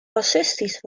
racistisch